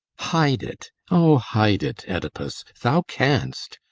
hide it, o hide it, oedipus, thou canst.